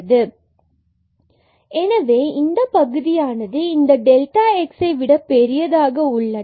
z dz ρ→01xρ→02y0 எனவே இந்தப் பகுதியானது இந்த டெல்டா x ஐ விட பெரியதாக உள்ளது